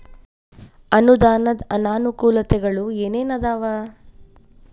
ಅನುದಾನದ್ ಅನಾನುಕೂಲತೆಗಳು ಏನ ಏನ್ ಅದಾವ?